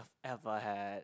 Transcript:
ever had